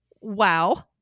Wow